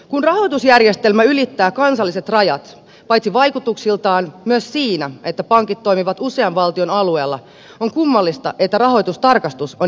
kun rahoitusjärjestelmä ylittää kansalliset rajat paitsi vaikutuksiltaan myös siinä että pankit toimivat usean valtion alueella on kummallista että rahoitustarkastus on edelleen kansallista